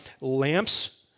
lamps